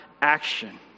action